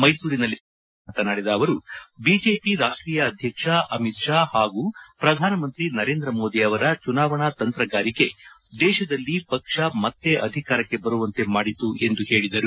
ಮೈಸೂರಿನಲ್ಲಿಂದು ಸುದ್ದಿಗಾರರೊಂದಿಗೆ ಮಾತನಾಡಿದ ಅವರು ಬಿಜೆಪಿ ರಾಷ್ಟೀಯ ಅಧ್ಯಕ್ಷ ಅಮಿತ್ ಷಾ ಹಾಗೂ ಪ್ರಧಾನಿ ನರೇಂದ್ರ ಮೋದಿ ಅವರ ಚುನಾವಣಾ ತಂತ್ರಗಾರಿಕೆ ದೇಶದಲ್ಲಿ ಪಕ್ಷ ಮತ್ತೆ ಅಧಿಕಾರಕ್ಕೆ ಬರುವಂತೆ ಮಾಡಿತು ಎಂದು ಹೇಳಿದರು